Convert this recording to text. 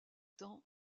temps